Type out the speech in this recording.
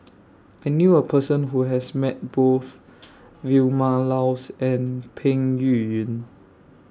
I knew A Person Who has Met Both Vilma Laus and Peng Yuyun